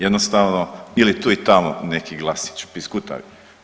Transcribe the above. Jednostavno ili ti i tamo neki glasić, piskutavi.